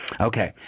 Okay